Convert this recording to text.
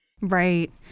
Right